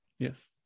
Yes